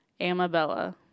Amabella